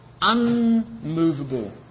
unmovable